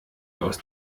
aus